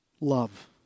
Love